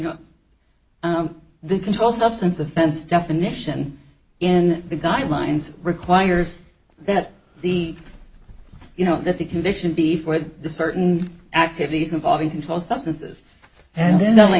know the controlled substance offense definition in the guidelines requires that the you know that the condition before that certain activities involving controlled substances and this is only